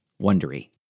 Wondery